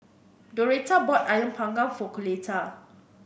Doretta bought ayam panggang for Coletta